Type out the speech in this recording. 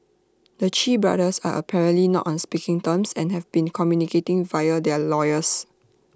the Chee brothers are apparently not on speaking terms and have been communicating via their lawyers